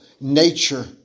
nature